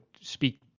speak